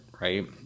right